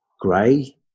grey